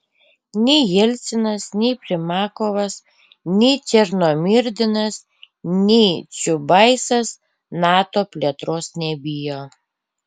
nei jelcinas nei primakovas nei černomyrdinas nei čiubaisas nato plėtros nebijo